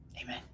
Amen